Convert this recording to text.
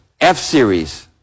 F-Series